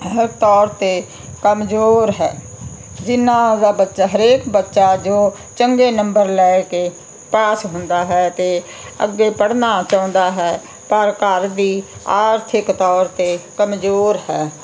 ਹ ਤੌਰ 'ਤੇ ਕਮਜ਼ੋਰ ਹੈ ਜਿਹਨਾਂ ਦਾ ਬੱਚਾ ਹਰੇਕ ਬੱਚਾ ਜੋ ਚੰਗੇ ਨੰਬਰ ਲੈ ਕੇ ਪਾਸ ਹੁੰਦਾ ਹੈ ਅਤੇ ਅੱਗੇ ਪੜ੍ਹਨਾ ਚਾਹੁੰਦਾ ਹੈ ਪਰ ਘਰ ਦੀ ਆਰਥਿਕ ਤੌਰ 'ਤੇ ਕਮਜ਼ੋਰ ਹੈ